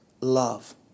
love